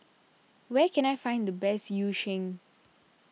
where can I find the best Yu Sheng